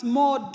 more